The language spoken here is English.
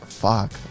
fuck